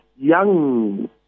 young